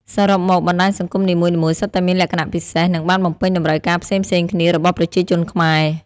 សរុបមក បណ្តាញសង្គមនីមួយៗសុទ្ធតែមានលក្ខណៈពិសេស និងបានបំពេញតម្រូវការផ្សេងៗគ្នារបស់ប្រជាជនខ្មែរ។